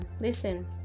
listen